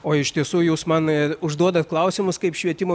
o iš tiesų jūs man užduodat klausimus kaip švietimo